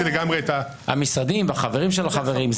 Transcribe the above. המשרדים והחברים של החברים.